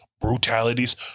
brutalities